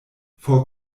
for